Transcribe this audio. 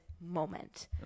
moment